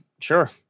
Sure